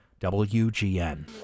WGN